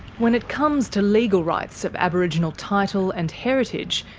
when it comes to legal rights of aboriginal title and heritage,